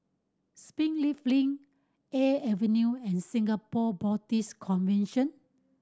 Springleaf Link Air Avenue and Singapore Baptist Convention